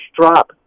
drop